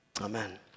Amen